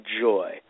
joy